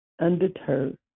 undeterred